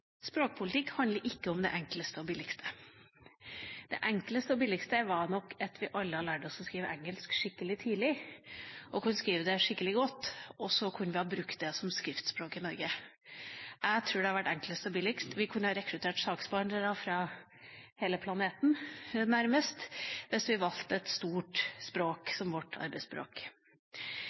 Språkpolitikk handler ikke om det enkleste og billigste. Det enkleste og billigste var nok at vi alle hadde lært oss å skrive engelsk skikkelig tidlig og kunne skrive det skikkelig godt. Så kunne vi ha brukt det som skriftspråk i Norge. Jeg tror det hadde vært enklest og billigst. Vi kunne rekruttert saksbehandlere fra hele planeten nærmest, hvis vi valgte et stort språk som vårt arbeidsspråk.